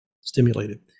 stimulated